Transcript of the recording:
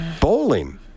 Bowling